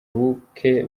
ubuke